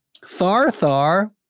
Tharthar